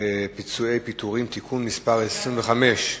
פיצויי פיטורים (תיקון מס' 25)